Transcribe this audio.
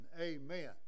Amen